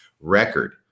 record